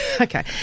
Okay